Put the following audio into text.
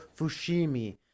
Fushimi